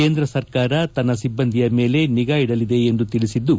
ಕೇಂದ್ರ ಸರ್ಕಾರ ತನ್ನ ಸಿಬ್ಬಂದಿಯ ಮೇಲೆ ನಿಗಾ ಇಡಲಿದೆ ಎಂದು ತಿಳಿಸಿದ್ದು